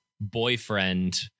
boyfriend